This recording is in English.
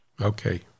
Okay